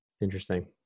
interesting